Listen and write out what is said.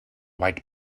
white